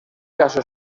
caso